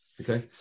Okay